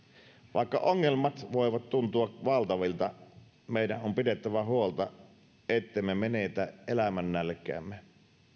vaikka ongelmat voivat tuntua valtavilta meidän on pidettävä huolta ettemme menetä elämännälkäämme